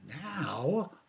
now